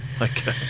Okay